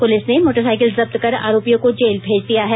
police ने motorcycle जब्त कर आरोपियों को जेल भेज दिया है